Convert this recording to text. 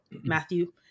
Matthew